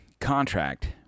contract